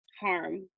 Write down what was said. harm